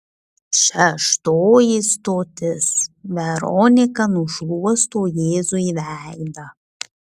šeštoji stotis veronika nušluosto jėzui veidą